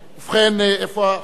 ובכן, איפה החוק?